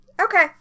Okay